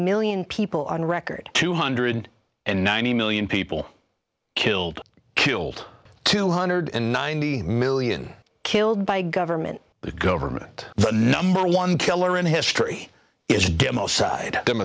million people on record two hundred and ninety million people killed killed two hundred and ninety million killed by government but government the number one killer in history is demo side them